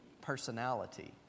personality